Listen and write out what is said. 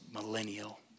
Millennial